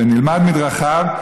ונלמד מדרכיו,